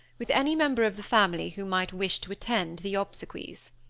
with any member of the family who might wish to attend the obsequies.